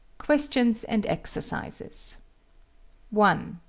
questions and exercises one.